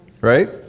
Right